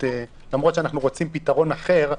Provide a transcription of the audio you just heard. למרות שאנחנו רוצים פתרון אחר,